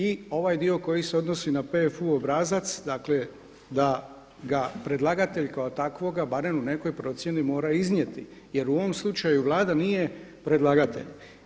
I ovaj dio koji se odnosi na PFU obrazac dakle da ga predlagatelj kao takvoga barem u nekoj procjeni mora iznijeti jer u ovom slučaju Vlada nije predlagatelj.